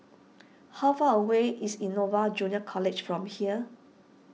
how far away is Innova Junior College from here